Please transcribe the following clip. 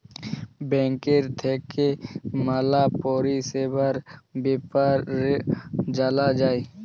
ব্যাংকের থাক্যে ম্যালা পরিষেবার বেপার জালা যায়